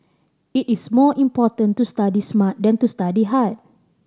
it is more important to study smart than to study hard